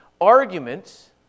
arguments